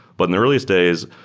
but in the earliest days,